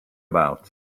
about